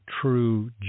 true